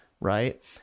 Right